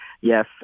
yes